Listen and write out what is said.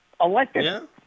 elected